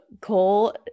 Cole